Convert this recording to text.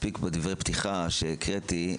מספיק בדברי הפתיחה שהקראתי,